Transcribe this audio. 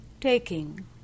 taking